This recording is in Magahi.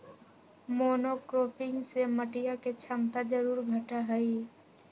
मोनोक्रॉपिंग से मटिया के क्षमता जरूर घटा हई